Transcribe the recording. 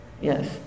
yes